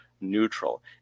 neutral